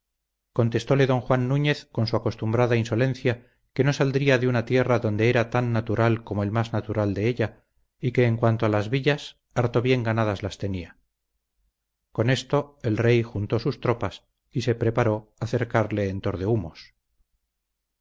antes contestóle don juan núñez con su acostumbrada insolencia que no saldría de una tierra donde era tan natural como el más natural de ella y que en cuanto a las villas harto bien ganadas las tenía con esto el rey juntó sus tropas y se preparó a cercarle en